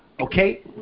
okay